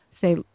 say